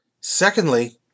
Secondly